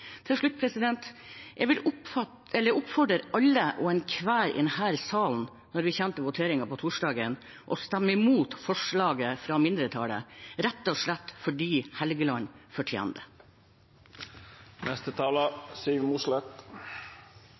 Til slutt: Jeg vil oppfordre alle og enhver i denne salen når vi kommer til voteringen på torsdag, til å stemme mot forslaget fra mindretallet – rett og slett fordi Helgeland